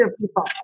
people